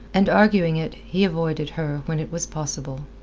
and arguing it he avoided her when it was possible,